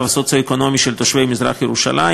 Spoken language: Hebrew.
הסוציו-אקונומי של תושבי מזרח-ירושלים.